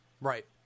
Right